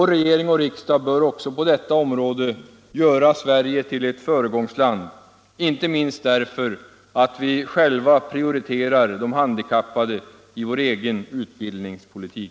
Regering och riksdag bör också på detta område göra Sverige till Utrikes-, handelsett föregångsland — inte minst därför att vi själva prioriterar de han — och valutapolitisk dikappade i vår utbildningspolitik.